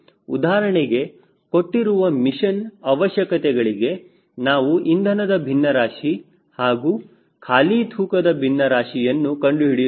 ಉದಾಹರಣೆಗೆ ಕೊಟ್ಟಿರುವ ಮಿಷನ್ ಅವಶ್ಯಕತೆಗಳಿಗೆ ನಾವು ಇಂಧನದ ಭಿನ್ನರಾಶಿ ಹಾಗೂ ಖಾಲಿ ತೂಕದ ಭಿನ್ನರಾಶಿಯನ್ನು ಕಂಡುಹಿಡಿಯುತ್ತೇವೆ